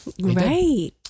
Right